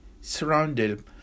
surrounded